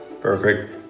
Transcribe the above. Perfect